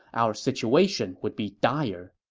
our situation would be dire.